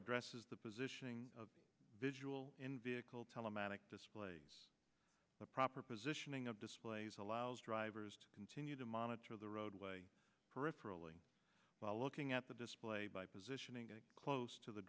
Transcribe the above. addresses the positioning of visual in vehicle telematic displays the proper positioning of displays allows drivers to continue to monitor the roadway peripherally by looking at the display by positioning it close to the